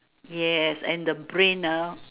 yes and the brain ah